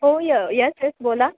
होय yes yes बोला